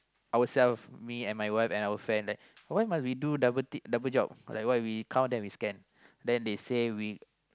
ourself me and my wife and our friend like why must we do double uh double job like why we count then we scan then they say we